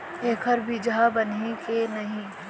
एखर बीजहा बनही के नहीं?